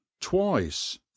twice